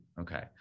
okay